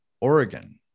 Oregon